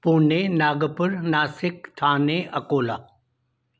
Pune Nagpur Nashik Thane Akola